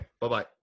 Bye-bye